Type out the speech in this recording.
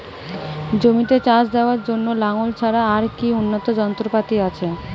জমিতে চাষ দেওয়ার জন্য লাঙ্গল ছাড়া আর কি উন্নত যন্ত্রপাতি আছে?